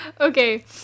Okay